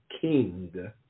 king